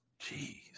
Jeez